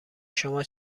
شما